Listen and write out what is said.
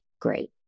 Great